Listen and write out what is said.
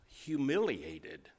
Humiliated